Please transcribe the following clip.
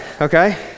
okay